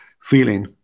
feeling